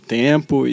tempo